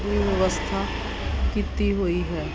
ਵਿਵਸਥਾ ਕੀਤੀ ਹੋਈ ਹੈ